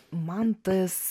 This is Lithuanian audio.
man tas